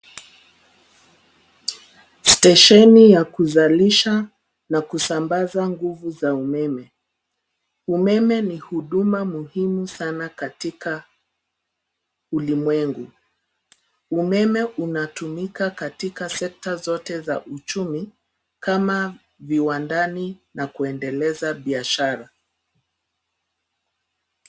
Stesheni ya kuzalisha na kusambaza nguvu za umeme. Umeme ni huduma muhimu sana katika ulimwengu. Umeme unatumika katika sekta zote za uchumi kama viwandani na kuendeleza biashara.